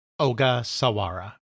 Ogasawara